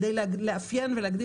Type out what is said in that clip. כדי לאפיין ולהגדיר.